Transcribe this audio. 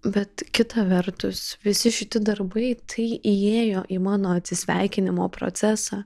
bet kita vertus visi šiti darbai tai įėjo į mano atsisveikinimo procesą